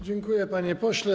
Dziękuję, panie pośle.